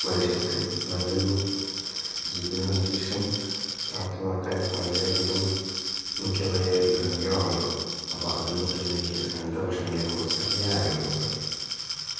മനുഷ്യർക്ക് നല്ലൊരു ജീവിതാന്തരീക്ഷം പ്രാപ്തമാക്കാൻ വളരെയധികം മുഖ്യമായൊരു മാണല്ലോ അപ്പോള് അതുകൊണ്ട് എനിക്ക് അങ്ങനത്തെ ഭക്ഷണങ്ങളെ കുറിച്ച് അറിയാനാഗ്രഹമുണ്ട്